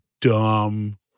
dumb